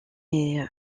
est